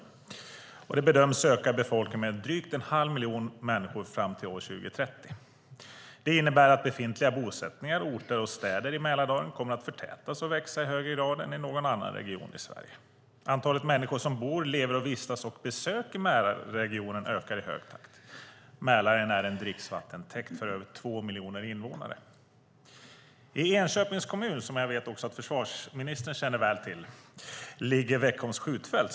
Befolkningen där bedöms öka med drygt 1⁄2 miljon människor fram till år 2030. Det innebär att befintliga bosättningar, orter och städer i Mälardalen kommer att förtätas och växa i högre grad än i någon annan region i Sverige. Antalet människor som bor, lever, vistas och besöker Mälarregionen ökar i hög takt. Mälaren är en dricksvattentäkt för över 2 miljoner invånare. I Enköpings kommun, som jag vet att också försvarsministern känner väl till, ligger Veckholms skjutfält.